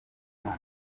imana